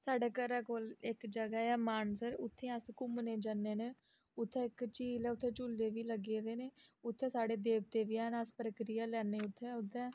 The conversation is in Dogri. साढ़ै घरै कोल इक जगह् ऐ मानसर उत्थे अस घूमने जन्ने न उत्थे इक झील ऐ उत्थे झूले बी लग्गे दे न उत्थे साढ़े देवते बी हैन अस परिक्रिया लैन्ने उत्थें उत्थें